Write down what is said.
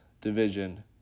division